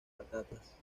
patatas